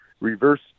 reverse